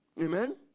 Amen